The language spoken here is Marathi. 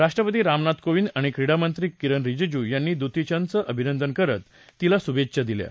राष्ट्रपती रामनाथ कोविंद आणि क्रीडामंत्री किरेन रिजीजू यांनी दुतीचंदचं अभिनंदन करत शुभेच्छा दिल्या आहेत